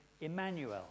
Emmanuel